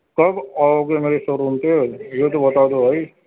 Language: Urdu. کب آؤگے میرے شو روم پہ یہ تو بتا دو بھائی